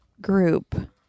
group